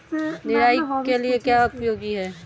निराई के लिए क्या उपयोगी है?